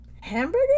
hamburger